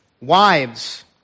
Wives